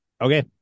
Okay